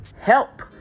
help